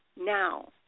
now